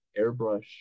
airbrush